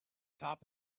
top